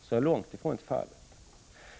Så är långt ifrån fallet.